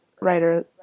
writer